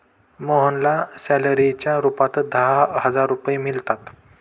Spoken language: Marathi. मोहनला सॅलरीच्या रूपात दहा हजार रुपये मिळतात